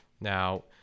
now